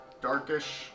darkish